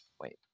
wait